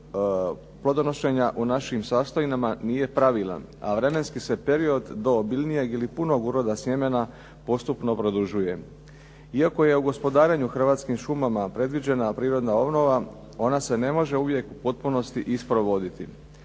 plodonošenja u našim sastojinama nije pravilan, a vremenski se period do obilnijeg ili punog uroda sjemena postupno produžuje. Iako je u gospodarenju Hrvatskim šumama predviđena prirodna obnova ona se ne može uvijek u potpunosti i sprovoditi.